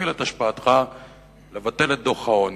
להפעיל את השפעתך לבטל את דוח העוני.